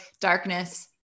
darkness